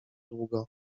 długo